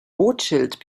rothschild